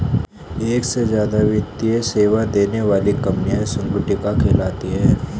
एक से ज्यादा वित्तीय सेवा देने वाली कंपनियां संगुटिका कहलाती हैं